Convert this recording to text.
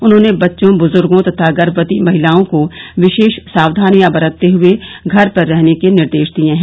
उन्होंने बच्चों बुजुर्गो तथा गर्भवती महिलाओं को विशेष सावधानियां बरतते हुए घर पर रहने के निर्देश दिये है